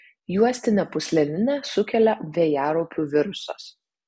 juostinę pūslelinę sukelia vėjaraupių virusas